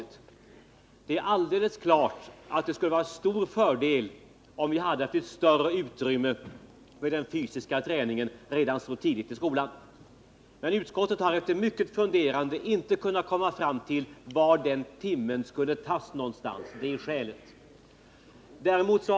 Det är helt 5 juni 1979 klart att det skulle vara till stor fördel om vi hade mera utrymme för den fysiska träningen redan så tidigt i skolan. Men utskottet har efter mycket funderande inte kunnat komma fram till var den timmen skulle tas. Det är skälet till att vi inte har kunnat tillstyrka motionen.